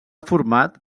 format